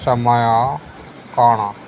ସମୟ କ'ଣ